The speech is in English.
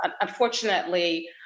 unfortunately